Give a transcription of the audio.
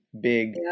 big